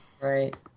Right